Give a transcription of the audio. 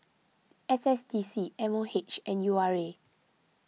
S S D C M O H and U R A